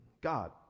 God